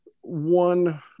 one